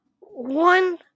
One